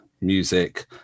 music